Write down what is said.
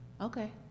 Okay